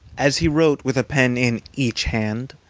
as he wrote with a pen in each hand,